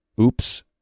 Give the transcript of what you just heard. Oops